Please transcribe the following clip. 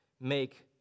make